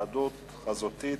(היוועדות חזותית,